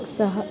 सा